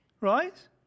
right